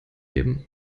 eben